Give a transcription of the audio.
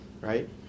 right